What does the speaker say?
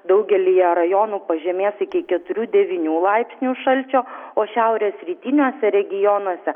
daugelyje rajonų pažemės iki keturių devynių laipsnių šalčio o šiaurės rytiniuose regionuose